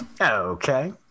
Okay